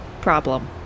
problem